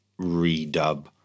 redub